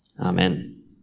Amen